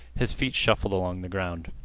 his feet shuffled along the ground.